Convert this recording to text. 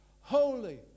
holy